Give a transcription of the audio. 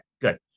good